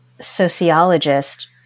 sociologist